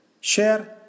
share